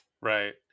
right